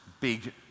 big